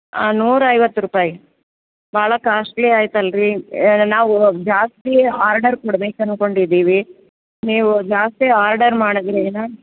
ಹಾಂ ನೂರ ಐವತ್ತು ರೂಪಾಯಿ ಭಾಳ ಕಾಸ್ಟ್ಲಿ ಆಯ್ತು ಅಲ್ಲರಿ ನಾವು ಜಾಸ್ತಿ ಆರ್ಡರ್ ಕೊಡ್ಬೇಕು ಅಂದ್ಕೊಂಡಿದ್ದಿವಿ ನೀವು ಜಾಸ್ತಿ ಆರ್ಡರ್ ಮಾಡದ್ರೆನು